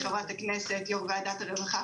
חברת הכנסת ויושבת-ראש ועדת הרווחה,